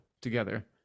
together